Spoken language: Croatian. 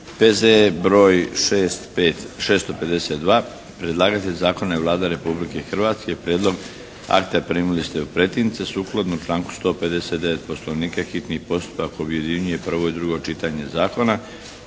P.Z.E. br. 652 Predlagatelj zakona je Vlada Republike Hrvatske. Prijedlog akta primili ste u pretince. Sukladno članku 159. Poslovnika hitni postupak objedinjuje prvo i drugo čitanje zakona.